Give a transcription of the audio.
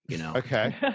Okay